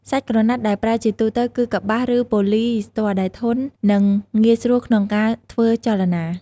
សាច់ក្រណាត់ដែលប្រើជាទូទៅគឺ កប្បាស ឬ ប៉ូលីយីស្ទ័រ ដែលធន់ និងងាយស្រួលក្នុងការធ្វើចលនា។